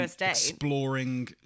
Exploring